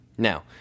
Now